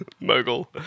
Mogul